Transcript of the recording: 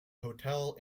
hotel